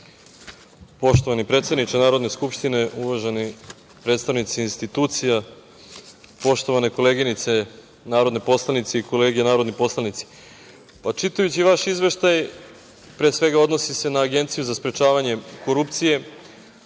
Poštovani predsedniče Narodne skupštine, uvaženi predstavnici institucija, poštovane koleginice narodne poslanice i kolege narodni poslanici. Čitajući vaš izveštaj, pre svega odnosi se na Agenciju na sprečavanje korupcije,